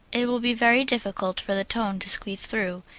it will be very difficult for the tone to squeeze through,